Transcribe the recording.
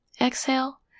Exhale